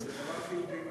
זה דבר חיובי מאוד.